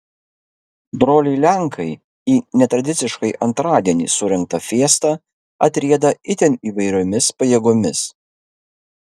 broliai lenkai į netradiciškai antradienį surengtą fiestą atrieda itin įvairiomis pajėgomis